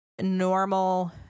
normal